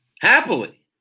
happily